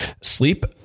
sleep